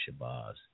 Shabazz